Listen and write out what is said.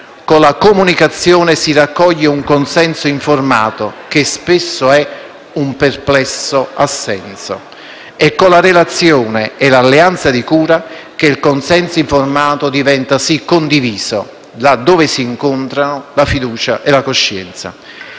Con la comunicazione si raccoglie un consenso informato, che spesso è un perplesso assenso. È con la relazione e l'alleanza di cura che il consenso informato diventa davvero condiviso, laddove si incontrano la fiducia e la coscienza.